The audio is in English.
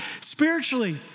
spiritually